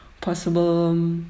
possible